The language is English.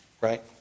right